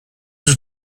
was